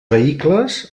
vehicles